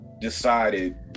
decided